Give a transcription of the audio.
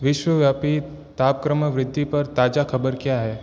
विश्वव्यापी तापक्रम वृद्धि पर ताज़ा खबर क्या है